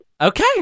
Okay